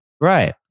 Right